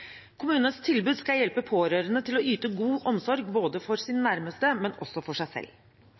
Kommunenes tilbud skal hjelpe pårørende til å yte god omsorg for sine nærmeste, men også for seg selv.